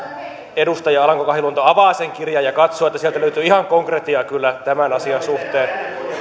edustaja alanko kahiluoto avaa sen kirjan ja katsoo että sieltä löytyy ihan konkretiaa kyllä tämän asian suhteen